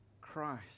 Christ